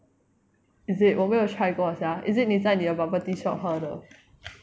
is it 我没有 try 过 sia is it 你在你的 bubble tea shop 喝的